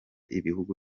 ibihugu